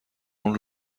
اون